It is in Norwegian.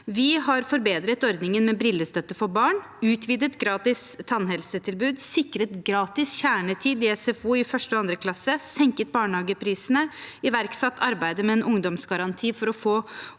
Vi har forbedret ordningen med brillestøtte for barn, utvidet gratis tannhelsetilbud, sikret gratis kjernetid i SFO i 1. og 2. klasse, senket barnehageprisene, iverksatt arbeidet med en ungdomsgaranti for å få